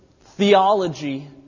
theology